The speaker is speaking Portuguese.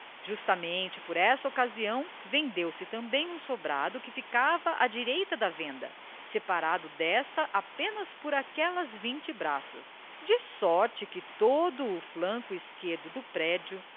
justamente por essa ocasião vendeu se também um sobrado que ficava à direita da venda separado desta apenas por aquelas vinte braças de sorte que todo o flanco esquerdo do prédio